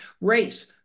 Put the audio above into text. race